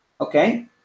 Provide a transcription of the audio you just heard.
okay